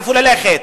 איפה ללכת?